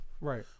Right